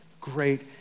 great